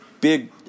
big